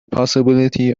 possibility